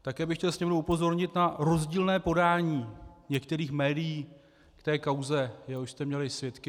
Také bych chtěl Sněmovnu upozornit na rozdílné podání některých médií k té kauze, jehož jste byli svědky.